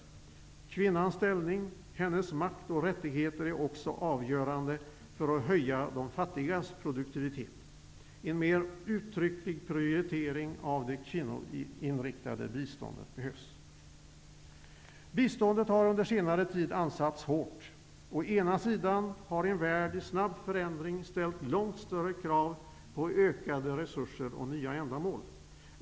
Kvinnans ställning, hennes makt och rättigheter är också avgörande för att höja de fattigas produktivitet. En mer uttrycklig prioritering av det kvinnoinriktade biståndet behövs. Biståndet har under senare tid ansatts hårt. Å ena sidan har en värld i snabb förändring ställt långt större krav på ökade resurser och nya ändamål.